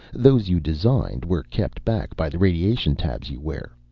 those you designed were kept back by the radiation tabs you wear.